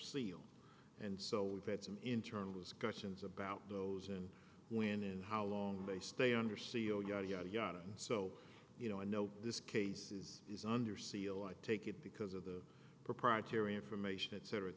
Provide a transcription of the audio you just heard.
seal and so we've had some internal discussions about those and when and how long they stay under seal yada yada yada so you know i know this cases is under seal i take it because of the proprietary information etc et